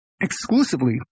exclusively